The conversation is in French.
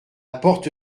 porte